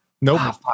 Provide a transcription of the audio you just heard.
Nope